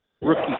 Rookie